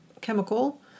chemical